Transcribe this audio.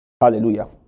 Hallelujah